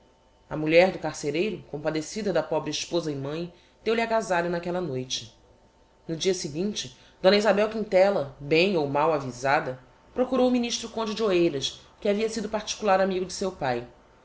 a mulher do carcereiro compadecida da pobre esposa e mãi deu-lhe agasalho n'aquella noite no dia seguinte d isabel quintella bem ou mal avisada procurou o ministro conde de oeiras que havia sido particular amigo de seu pai